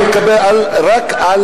אני מדבר רק על